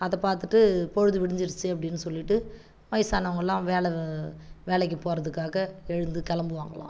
அதை பார்த்துட்டு பொழுது விடிஞ்சிடுச்சு அப்படின்னு சொல்லிவிட்டு வயசானவங்கள்லாம் வேலை வேலைக்கு போகறதுக்காக எழுந்து கிளம்புவாங்கலாம்